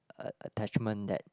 a~ attachment that